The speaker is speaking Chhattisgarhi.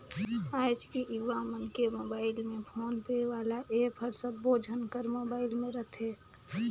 आएज के युवा मन के मुबाइल में फोन पे वाला ऐप हर सबो झन कर मुबाइल में रथे